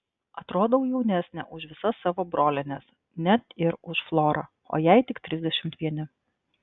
atrodau jaunesnė už visas savo brolienes net ir už florą o jai tik trisdešimt vieni